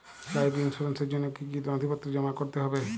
Life ইন্সুরেন্সর জন্য জন্য কি কি নথিপত্র জমা করতে হবে?